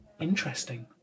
interesting